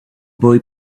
boy